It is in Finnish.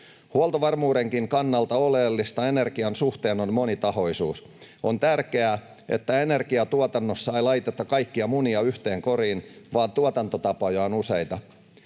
Huoltovarmuudenkin kannalta oleellista energian suhteen on monitahoisuus. On tärkeää, että energiantuotannossa ei laiteta kaikkia munia yhteen koriin vaan tuotantotapoja on useita.